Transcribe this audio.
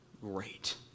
great